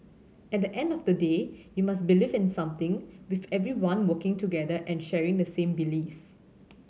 at the end of the day you must believe in something with everyone working together and sharing the same beliefs